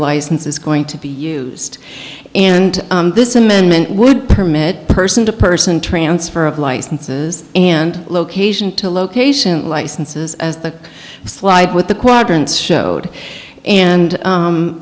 license is going to be used and this amendment would permit person to person transfer of licenses and location to location licenses as the slide with the quadrants showed and